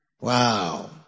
Wow